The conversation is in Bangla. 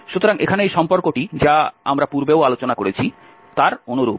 সুতরাং এখানে এই সম্পর্কটি যা আমরা পূর্বে আলোচনা করেছি তার অনুরূপ